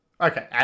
Okay